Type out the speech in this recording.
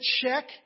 check